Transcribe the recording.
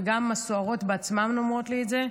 וגם הסוהרות בעצמן אומרות לי את זה,